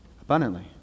Abundantly